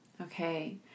Okay